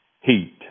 heat